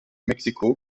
mexiko